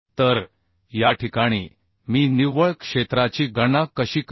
तर या ठिकाणी मी निव्वळ क्षेत्राची गणना कशी करू